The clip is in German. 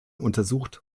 untersucht